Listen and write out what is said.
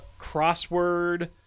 crossword